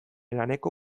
laneko